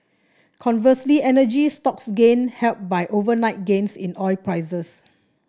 conversely energy stocks gained helped by overnight gains in oil prices